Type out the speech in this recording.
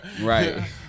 Right